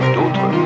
D'autres